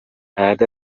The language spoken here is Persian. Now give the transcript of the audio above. بعد